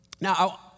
Now